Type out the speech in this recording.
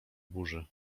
burzy